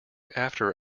after